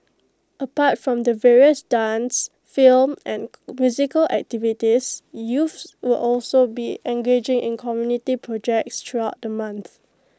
apart from the various dance film and musical activities youths will also be engaging in community projects throughout the month